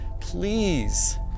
please